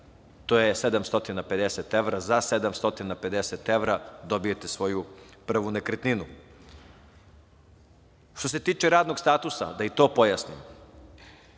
to je 750 evra. Za 750 evra dobijate svoju prvu nekretninu. Što se tiče radnog statusa, da i to pojasnim.